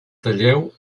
talleu